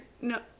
no